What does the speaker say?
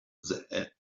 the